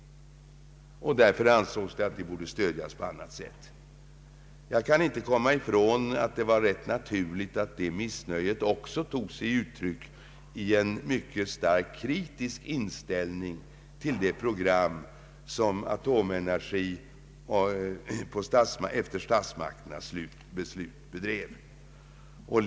Därför ansågs det att denna forskning borde stödjas på annat sätt. Jag kan inte komma ifrån att detta missnöje också tog sig uttryck i en mycket starkt kritisk inställning till det program som Atomenergi, efter statsmakternas beslut, drog upp riktlinjerna för.